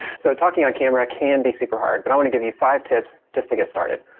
so talking on camera can be super hard. but i wanna give you five tips just to get started.